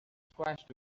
squashed